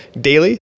daily